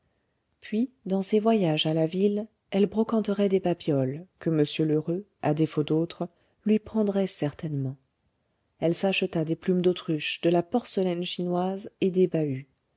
puis dans ses voyages à la ville elle brocanterait des babioles que m lheureux à défaut d'autres lui prendrait certainement elle s'acheta des plumes d'autruche de la porcelaine chinoise et